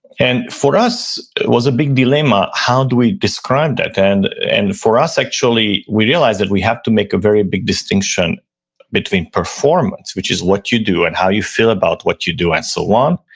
and for us, it was a big dilemma, how do we describe that? and and for us actually, we realized that we have to make a very big distinction between performance, which is what you do and how you feel about what you do and so on,